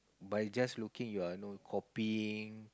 by just looking you are know copying